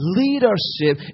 leadership